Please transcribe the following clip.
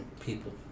People